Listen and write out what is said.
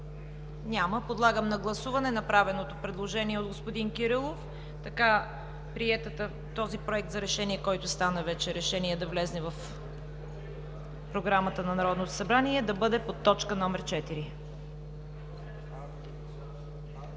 Няма. Подлагам на гласуване направеното предложение от господин Кирилов – този Проект за решение, който стана вече решение, да влезе в Програмата на Народното събрание и да бъде под точка номер